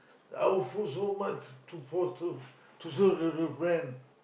our food to much to post to to serve to new friends